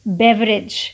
beverage